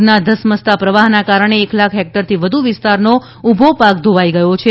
પૂરના ધમસમતા પ્રવાહના કારણે એક લાખ હેક્ટરથી વધુ વિસ્તારનો ઉભો પાક ધોવાઈ ગયો છે